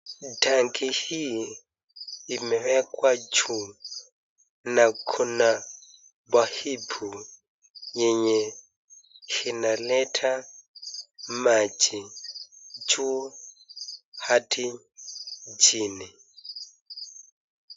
Tanki hii imewekwa juu na kuna paipu yenye inaleta maji juu hadi chini.